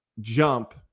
jump